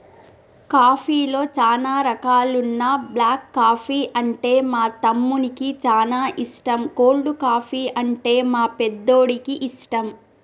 కాఫీలో చానా రకాలున్న బ్లాక్ కాఫీ అంటే మా తమ్మునికి చానా ఇష్టం, కోల్డ్ కాఫీ, అంటే మా పెద్దోడికి ఇష్టం